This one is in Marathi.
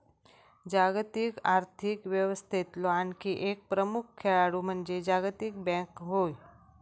जागतिक आर्थिक व्यवस्थेतलो आणखी एक प्रमुख खेळाडू म्हणजे जागतिक बँक होय